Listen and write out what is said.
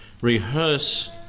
rehearse